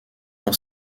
dans